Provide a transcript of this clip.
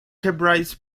hebrides